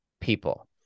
people